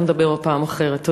ועל כך נדבר בפעם אחרת.